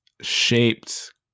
shaped